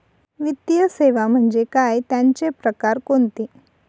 वित्तीय सेवा म्हणजे काय? त्यांचे प्रकार कोणते?